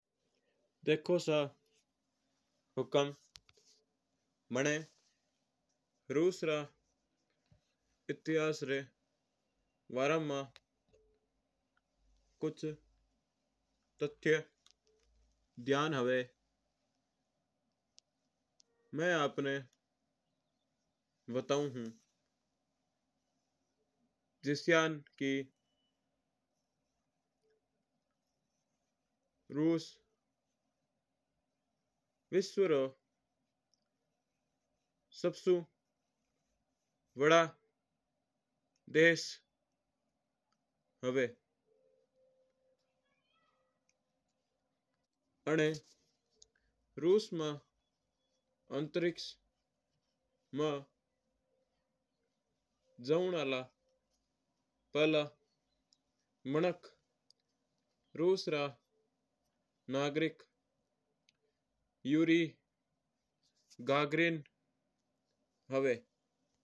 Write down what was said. देखो सा हुकम मना रूसिया रा वरा माय कूछ तथ्य ध्यान हुवा है। बाना माय आपणा बताओ हूँ जिस्यां की रूस विश्व रो सबसू वड़ा देश माय एक है। अणा रूस माय अंतरिक्ष माय माय जावणा वाला फेला मिनक्क रूस रो नागरिक हुवा है।